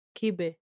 Kibe